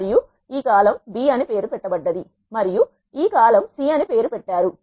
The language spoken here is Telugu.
మరియు ఈ కాలమ్ b అని పేరు పెట్టబడ్డది మరియు ఈ కాలమ్ c అని పేరు పెట్టారు